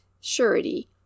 surety